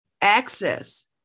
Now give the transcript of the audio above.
access